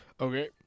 okay